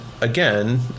again